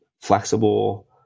flexible